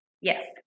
yes